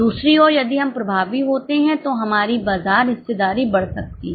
दूसरी ओर यदि हम प्रभावी होते हैं तो हमारी बाजार हिस्सेदारी बढ़ सकती है